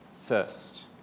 first